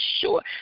sure